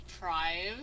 Prime